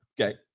okay